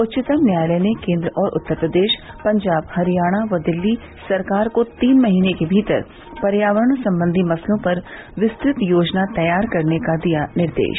उच्चतम न्यायालय ने केंद्र और उत्तर प्रदेश पंजाब हरियाणा व दिल्ली सरकार को तीन महीने के भीतर पर्यावरण सम्बंधी मसलो पर विस्तृत योजना तैयार करने का दिया निर्देश